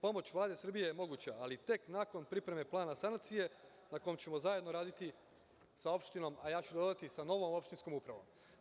Pomoć Vlade Srbije je moguća, ali tek nakon priprema plana sanacije na kom ćemo zajedno raditi sa opštinom, a ja ću dodati sa novom opštinskom upravom.